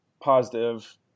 positive